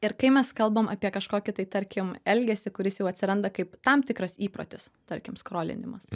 ir kai mes kalbam apie kažkokį tai tarkim elgesį kuris jau atsiranda kaip tam tikras įprotis tarkim skolinimas